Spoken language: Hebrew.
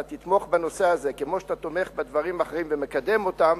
אתה תתמוך בנושא הזה כמו שאתה תומך בדברים האחרים ומקדם אותם,